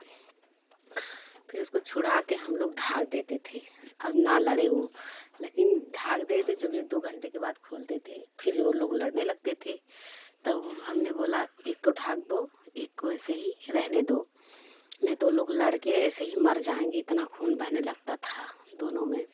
फिर उसको छुड़ा कर हम लोग ढक देते थे अब न लड़े वे लेकिन ढक देते जब एक दो घंटे के बाद खोलते थे फिर से वे लोग लड़ने लगते थे तब हमने बोला एक को ढक दो एक को ऐसे ही रहने दो नहीं तो वे लड़ कर ऐसे ही मर जाएँगे इतना खून बहने लगता था दोनों में